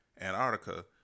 Antarctica